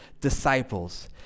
disciples